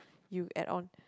you add on